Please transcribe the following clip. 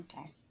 Okay